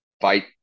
Fight